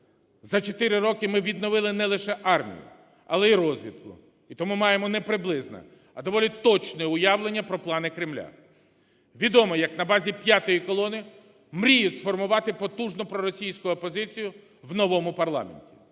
роки ми відновили не лише армію, але і розвідку, і тому маємо не приблизне, а доволі точне уявлення про плани Кремля. Відомо, як на базі п'ятої колони мріють сформувати потужну проросійську опозицію в новому парламенті.